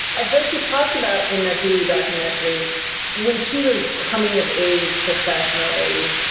i think she talks about in the hulu documentary when she was coming of age professionally,